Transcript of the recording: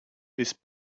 this